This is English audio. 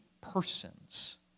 persons